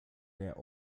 der